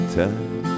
time